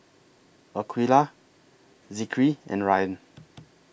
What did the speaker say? Aqilah Zikri and Ryan